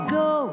go